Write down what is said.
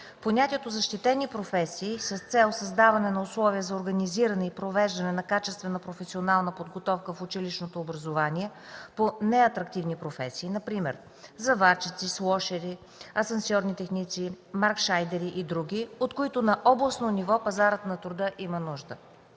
Понятието „защитени професии” с цел създаване на условия за организиране и провеждане на качествена професионална подготовка в училищното образование по неатрактивни професии (например заварчици, шлосери, асансьорни техници, маркшайдери и други), от които на областно ниво пазара на труда има нужда.